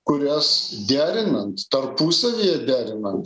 kurias derinant tarpusavyje derinant